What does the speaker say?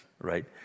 right